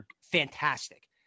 fantastic